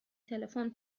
تلفن